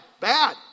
Bad